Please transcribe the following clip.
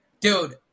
dude